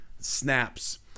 snaps